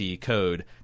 code